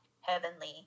heavenly